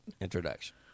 introduction